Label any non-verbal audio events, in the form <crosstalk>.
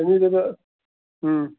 <unintelligible>